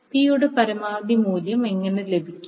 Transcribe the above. P യുടെ പരമാവധി മൂല്യം എങ്ങനെ ലഭിക്കും